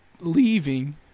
leaving